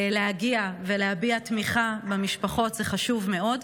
להגיע ולהביע תמיכה במשפחות זה חשוב מאוד.